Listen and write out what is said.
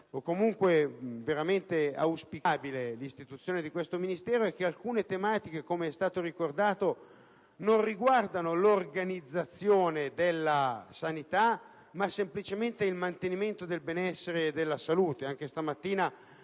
o comunque veramente auspicabile l'istituzione di questo Ministero è che alcune tematiche, come è stato ricordato, non riguardano l'organizzazione della sanità ma semplicemente il mantenimento del benessere e della salute. Anche stamattina